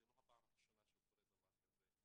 זאת לא הפעם הראשונה שקורה דבר כזה.